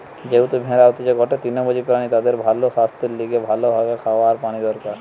যেহেতু ভেড়া হতিছে গটে তৃণভোজী প্রাণী তাদের ভালো সাস্থের লিগে ভালো ভাবে খাওয়া আর পানি দরকার